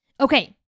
Okay